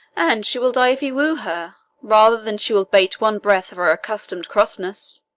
and she will die if he woo her, rather than she will bate one breath of her accustomed crossness.